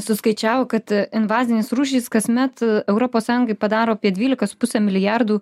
suskaičiavo kad invazinės rūšys kasmet europos sąjungai padaro apie dvylika su puse milijardų